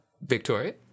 Victoria